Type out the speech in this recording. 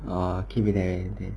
ah keep it that way